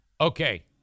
Okay